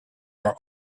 are